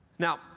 Now